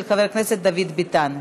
של חבר הכנסת דוד ביטן,